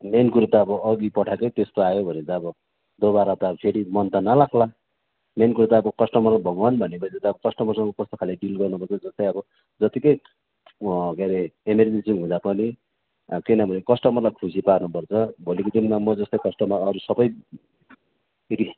main कुरो त अघि पठाएकै त्यस्तो आयो भने त अब दोबारा त फेरि मन त नलाग्ला मेन कुरा त अब क्सटमर भगवान् भने पछि त क्सटमरसँग कस्तो खालको डिल गर्नुपर्छ जस्तै अब जत्तिकै के अरे एमरजेन्सी हुँदा पनि अब किनभने क्सटमरलाई खुसी पर्नुपर्छ भोलिको दिनमा म जस्तै क्सटमर अरू सबै फेरि